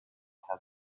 have